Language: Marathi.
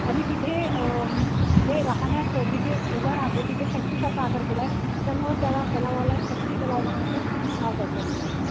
आणि तिथे जे राहाण्यास जिथे उभं राहतो तिथे छत्रीसारखं आकार केला आहे त्यामुळं त्याला तलावाला छत्री तलाव म्हणून असं नाव पडलं गेला आहे